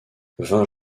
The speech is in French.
vingt